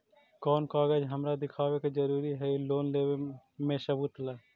कौन कागज हमरा दिखावे के जरूरी हई लोन लेवे में सबूत ला?